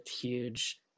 huge